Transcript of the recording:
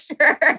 sure